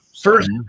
First